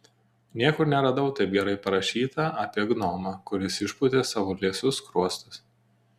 niekur neradau taip gerai parašyta apie gnomą kuris išpūtė savo liesus skruostus